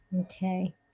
Okay